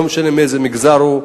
לא משנה מאיזה מגזר הוא,